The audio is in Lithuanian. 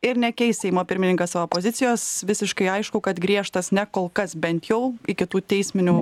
ir nekeis seimo pirmininkas savo pozicijos visiškai aišku kad griežtas ne kol kas bent jau iki tų teisminių